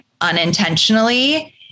unintentionally